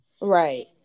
right